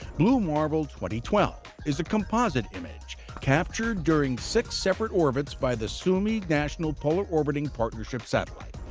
blue marble twenty twelve is a composite image captured during six separate orbits by the suomi national polar-orbiting partnership satellite,